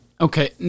Okay